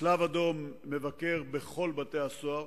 הצלב-האדום מבקר בכל בתי-הסוהר